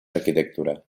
arquitectura